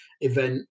event